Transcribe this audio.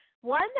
one